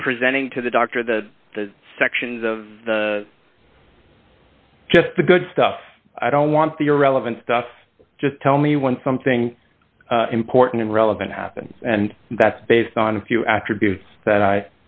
and presenting to the doctor the sections of the just the good stuff i don't want the irrelevant stuff just tell me when something important and relevant happens and that's based on a few attributes that i